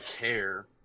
care